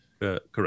Correct